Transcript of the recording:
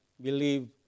believe